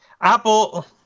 Apple